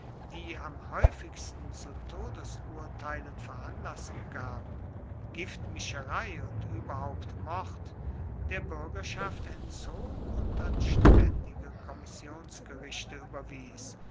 die am häufigsten zu todesurteilen veranlassung gaben giftmischerei und überhaupt mord der bürgerschaft entzog und an ständige kommissionsgerichte überwies